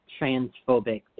transphobic